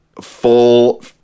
full